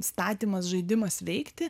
statymas žaidimas veikti